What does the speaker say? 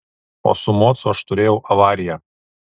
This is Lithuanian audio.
o su mocu aš turėjau avariją